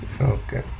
okay